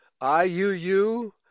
I-U-U